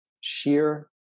sheer